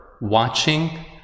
watching